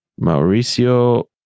Mauricio